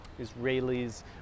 Israelis